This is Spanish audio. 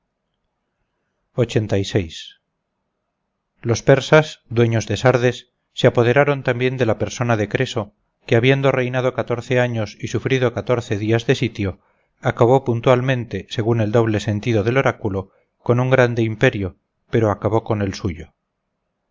vida los persas dueños de sardes se apoderaron también de la persona de creso que habiendo reinado catorce años y sufrido catorce días de sitio acabó puntualmente según el doble sentido del oráculo con un grande imperio pero acabó con el suyo